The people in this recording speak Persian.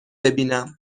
ببینم